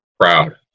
proud